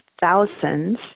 thousands